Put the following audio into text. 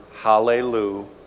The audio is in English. Hallelujah